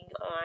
on